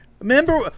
Remember